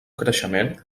creixement